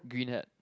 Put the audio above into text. green hat